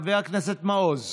חבר הכנסת מעוז,